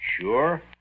Sure